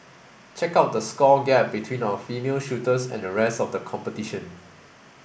check out the score gap between our female shooters and the rest of the competition